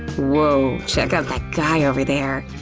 woah, check out that guy over there!